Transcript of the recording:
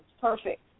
perfect